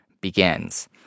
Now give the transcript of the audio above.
begins